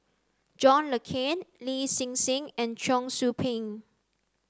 John Le Cain Lin Hsin Hsin and Cheong Soo Pieng